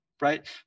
right